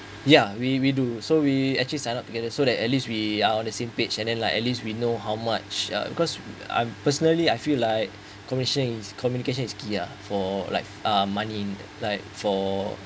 ya we we do so we actually sign up together so that at least we are on the same page and then like at least we know how much uh because I personally I feel like commi communications ya for like uh money like for